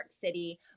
City